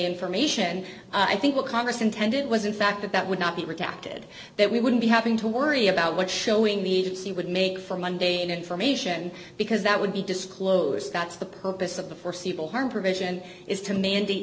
information i think what congress intended was in fact that that would not be redacted that we wouldn't be having to worry about what showing the agency would make for monday information because that would be disclosed that's the purpose of the foreseeable harm provision is to mandate